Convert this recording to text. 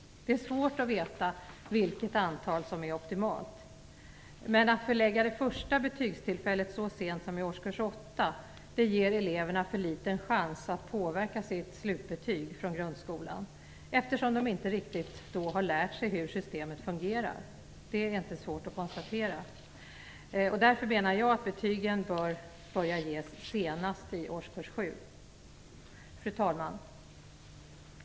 Det är svårt att veta vilket antal som är optimalt, men att förlägga det första betygstillfället så sent som i årskurs 8 ger eleverna för liten chans att påverka sitt slutbetyg från grundskolan eftersom de då inte riktigt har lärt sig hur systemet fungerar. Det är inte svårt att konstatera. Därför menar jag att betygen bör börja ges senast i årskurs 7. Fru talman!